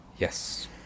Yes